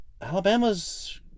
Alabama's